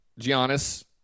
Giannis